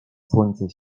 słońce